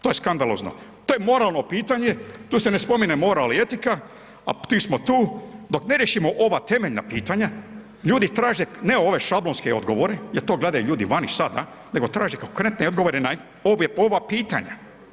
To je skandalozno, to je moralno pitanje, tu se ne spominje moral i etika, a di smo tu, dok ne riješimo ova temeljna pitanja, ljudi traže, ne ove šablonske odgovore jer to gledaju ljudi vani sada, nego traže konkretne odgovore na ova pitanja.